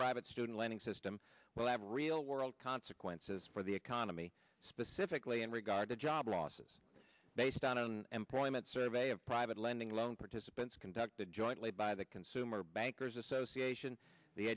private student lending system well have real world consequences for the economy specifically in regard to job losses based on employment survey of private lending loan participants conducted jointly by the consumer bankers association the